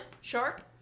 sharp